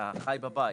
אתה חי בבית.